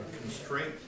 constraint